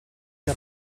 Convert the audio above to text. que